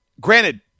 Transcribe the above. Granted